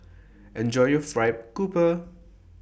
Enjoy your Fried Grouper